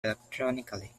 electronically